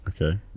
okay